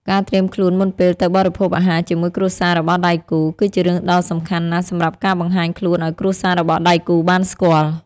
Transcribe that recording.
ការត្រៀមខ្លួនមុនពេលទៅបរិភោគអាហារជាមួយគ្រួសាររបស់ដៃគូ គីជារឿងដ៏សំខាន់ណាស់សម្រាប់ការបង្ហាញខ្លនឲ្យគ្រួសាររបស់ដៃគូបានស្គាល់។